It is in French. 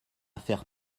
faire